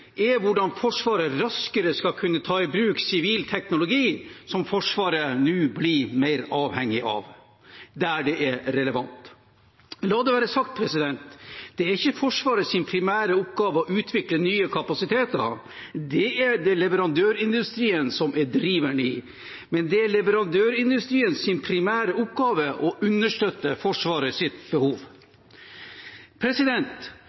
er hvordan Forsvaret raskere skal kunne ta i bruk sivil teknologi som Forsvaret nå blir mer avhengig av, der det er relevant. La det være sagt: Det er ikke Forsvarets primære oppgave å utvikle nye kapasiteter. Det er det leverandørindustrien som er driveren i, men det er leverandørindustriens primære oppgave å understøtte